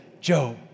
Joe